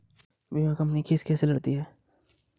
बीमा company case कैसे लड़ती है?